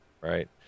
right